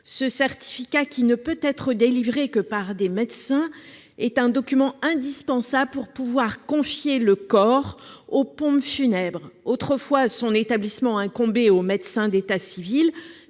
Ce certificat, qui ne peut être délivré que par des médecins, est un document indispensable pour pouvoir confier le corps aux pompes funèbres. Autrefois, son établissement incombait au médecin d'état civil.